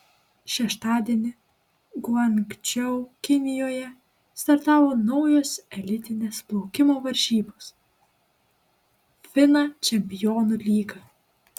šeštadienį guangdžou kinijoje startavo naujos elitinės plaukimo varžybos fina čempionų lyga